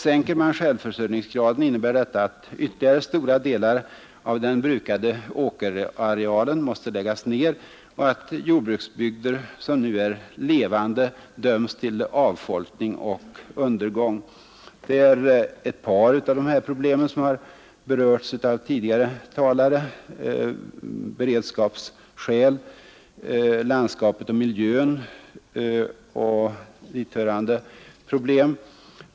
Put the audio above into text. Sänker man självförsörjningsgraden innebär det att ytterligare stora delar av den brukade åkerarealen måste läggas ner och att jordbruksbygder, som nu är levande, döms till avfolkning och undergång. Ett par av dessa problem har berörts av tidigare talare: beredskapsskäl samt landskapet och miljön och dithörande frågor.